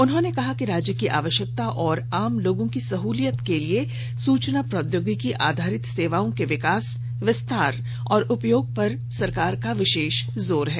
उन्होंने कहा कि राज्य की आवश्यकता और आम लोगों की सहूलियत के लिए सुचना प्रौद्योगिकी आधारित सेवाओं के विकास विस्तार और उपयोग पर सरकार का विशेष जोर है